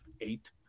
eight